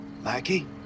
Mikey